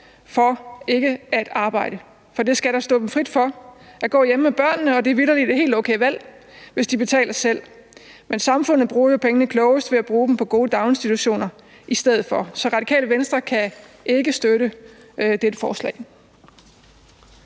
for ikke at arbejde? For det skal da stå dem frit for at gå hjemme med børnene, og det er vitterlig et helt okay valg, hvis de betaler selv, men samfundet bruger pengene klogest ved at bruge dem på gode daginstitutioner i stedet for. Så Det Radikale Venstre kan ikke støtte dette forslag.